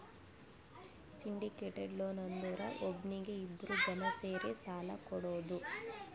syndicated loan ಅಂದುರ್ ಒಬ್ನೀಗಿ ಇಬ್ರು ಜನಾ ಸೇರಿ ಸಾಲಾ ಕೊಡೋದು